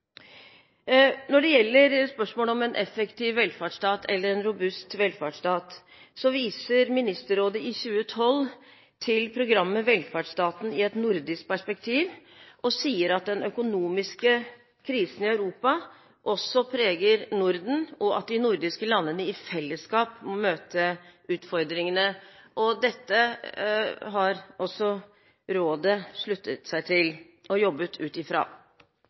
Når det gjelder spørsmålet om en effektiv velferdsstat eller en robust velferdsstat, viser Ministerrådet i 2012 til programmet Velferdsstaten i et nordisk perspektiv og sier at den økonomiske krisen i Europa også preger Norden, og at de nordiske landene i fellesskap må møte utfordringene. Dette har også rådet sluttet seg til og jobbet ut ifra.